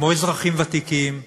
כמו אזרחים ותיקים,